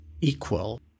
equal